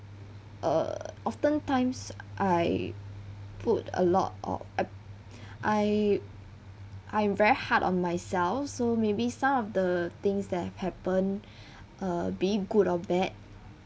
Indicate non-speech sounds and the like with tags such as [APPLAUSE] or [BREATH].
err often times I put a lot o~ I I I'm very hard on myself so maybe some of the things that have happen [BREATH] uh be it good or bad